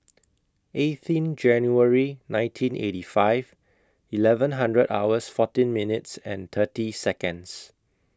eighteenth January nineteen eighty five eleven hundred hours fourteen minutes and thirty Seconds